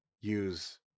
use